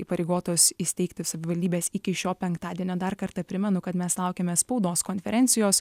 įpareigotos įsteigti savivaldybės iki šio penktadienio dar kartą primenu kad mes laukiame spaudos konferencijos